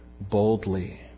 boldly